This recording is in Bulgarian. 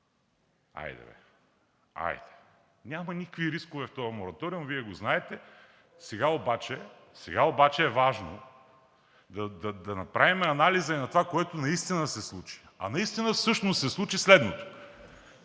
Хайде бе, хайде. Няма никакви рискове в този мораториум и Вие го знаете. Сега обаче е важно да направим анализа и на това, което наистина се случи. Наистина. Всъщност се случи следното: